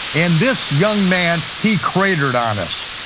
and this young man, he cratered on us.